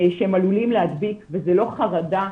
שהם עלולים להדביק, וזו לא חרדה.